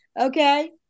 okay